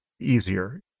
easier